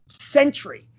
century